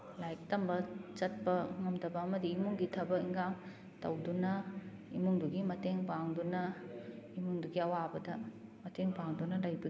ꯂꯥꯏꯔꯤꯛ ꯇꯝꯕ ꯆꯠꯄ ꯉꯝꯗꯕ ꯑꯃꯗꯤ ꯏꯃꯨꯡꯒꯤ ꯊꯕꯛ ꯏꯟꯈꯥꯡ ꯇꯧꯗꯨꯅ ꯏꯃꯨꯡꯗꯨꯒꯤ ꯃꯇꯦꯡ ꯄꯥꯡꯗꯨꯅ ꯏꯃꯨꯡꯗꯨꯒꯤ ꯑꯋꯥꯕꯗ ꯃꯇꯦꯡ ꯄꯥꯡꯗꯨꯅ ꯂꯩꯕ